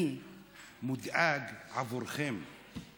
אני מודאג בעבורכם.